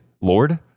Lord